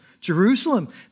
Jerusalem